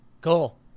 cool